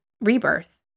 rebirth